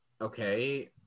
okay